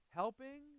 helping